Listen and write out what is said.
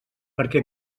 perquè